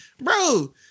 Bro